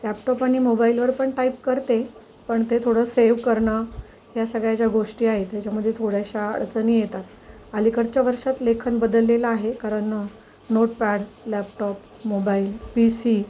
laptop आणि मोबाईलवर पण टाईप करते पण ते थोडं सेव्ह करणं ह्या सगळ्या ज्या गोष्टी आहेत त्याच्यामध्ये थोड्याशा अडचणी येतात अलीकडच्या वर्षात लेखन बदललेलं आहे कारण notepad laptop mobile P C